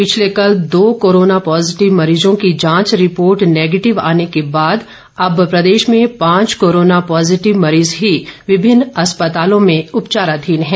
पिछले कल दो कोरोना पॉजिटिव मरीजों की जांच रिपोर्ट नेगेटिव आने के बाद अब प्रदेश में पांच कोरोना पॉजिटिव मरीज ही विभिन्न अस्पतालों में उपचाराधीन हैं